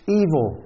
evil